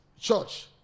church